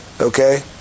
Okay